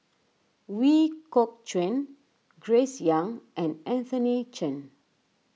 Ooi Kok Chuen Grace Young and Anthony Chen